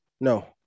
No